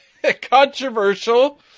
Controversial